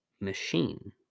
machine